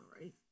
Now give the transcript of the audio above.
right